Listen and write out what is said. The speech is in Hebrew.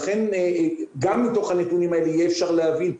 לכן גם מתוך הנתונים האלה יהיה אפשר להבין.